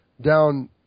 down